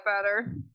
better